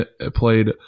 played